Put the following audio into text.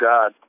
God